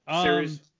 series